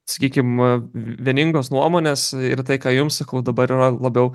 sakykim vieningos nuomonės ir tai ką jums sakau dabar yra labiau